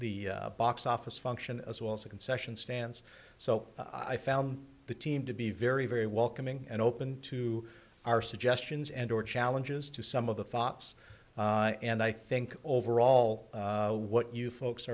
box office function as well as a concession stands so i found the team to be very very welcoming and open to our suggestions and or challenges to some of the thoughts and i think overall what you folks